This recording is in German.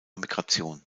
migration